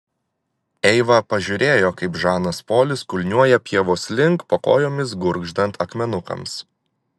eiva pažiūrėjo kaip žanas polis kulniuoja pievos link po kojomis gurgždant akmenukams